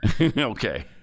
Okay